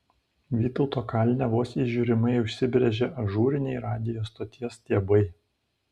vytauto kalne vos įžiūrimai užsibrėžė ažūriniai radijo stoties stiebai